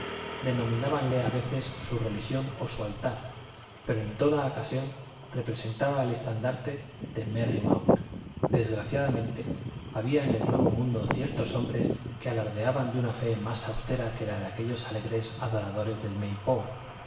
al mes denominábanle a veces su religión o su altar pero en toda ocasión representaba el estandarte de merry mount desgraciadamente había en el nuevo mundo ciertos hombres que alardeaban de una fe más austera que la de aquellos alegres adoradores del